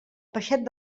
peixet